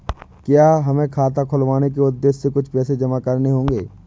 क्या हमें खाता खुलवाने के उद्देश्य से कुछ पैसे जमा करने होंगे?